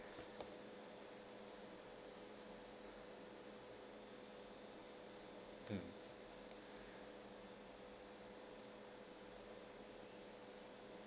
mm